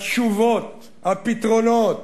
התשובות, הפתרונות,